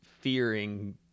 fearing